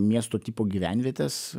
miesto tipo gyvenvietes